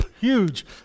huge